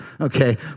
Okay